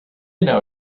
know